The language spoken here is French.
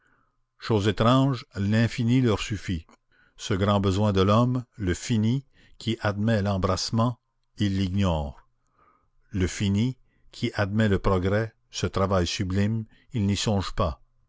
chose étrange l'infini leur suffît ce grand besoin de l'homme le fini qui admet l'embrassement ils l'ignorent le fini qui admet le progrès ce travail sublime ils n'y songent pas